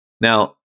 Now